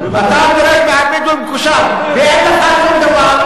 אתה דורש מהבדואים קושאן ואין לך שום דבר.